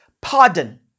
Pardon